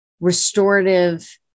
restorative